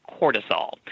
cortisol